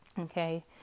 okay